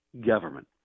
government